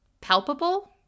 palpable